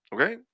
okay